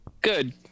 Good